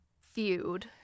feud